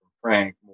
Frank